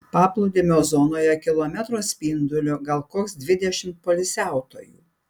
paplūdimio zonoje kilometro spinduliu gal koks dvidešimt poilsiautojų